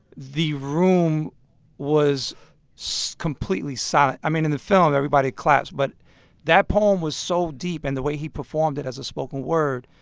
the room was so completely silent. i mean, in the film, everybody claps. but that poem was so deep and the way he performed it as a spoken word.